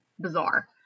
bizarre